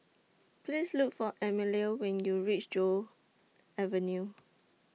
Please Look For Emelia when YOU REACH Joo Avenue